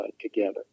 together